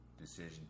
decision